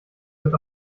wird